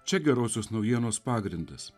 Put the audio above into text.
čia gerosios naujienos pagrindas